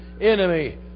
enemy